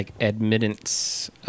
admittance